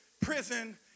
prison